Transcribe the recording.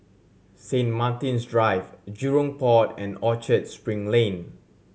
Saint Martin's Drive Jurong Port and Orchard Spring Lane